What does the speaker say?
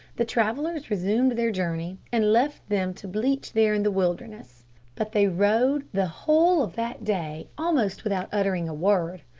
the travellers resumed their journey, and left them to bleach there in the wilderness but they rode the whole of that day almost without uttering a word.